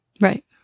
Right